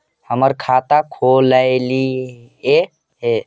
हम खाता खोलैलिये हे?